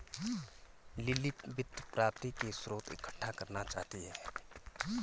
lily वित्त प्राप्ति के स्रोत इकट्ठा करना चाहती है